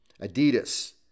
Adidas